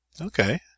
Okay